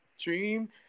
dream